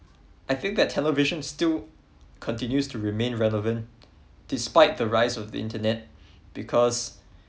I think that televisions still continues to remain relevant despite the rise of the internet because